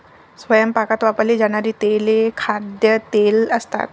स्वयंपाकात वापरली जाणारी तेले खाद्यतेल असतात